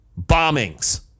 Bombings